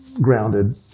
grounded